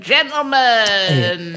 Gentlemen